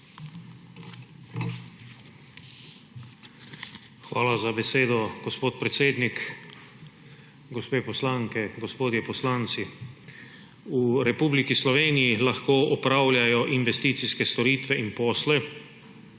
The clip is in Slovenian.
Hvala za besedo, gospod predsednik. Gospe poslanke, gospodje poslanci! V Republiki Sloveniji lahko opravljajo investicijske storitve in posle